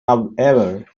however